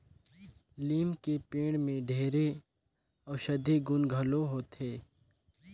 लीम के पेड़ में ढेरे अउसधी गुन घलो होथे